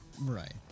Right